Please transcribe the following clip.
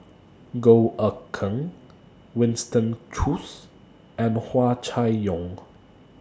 Goh Eck Kheng Winston Choos and Hua Chai Yong